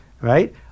Right